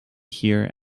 here